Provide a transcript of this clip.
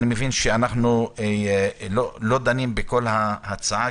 אני מבין שאנחנו לא דנים בכל ההצעה,